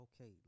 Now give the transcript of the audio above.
Okay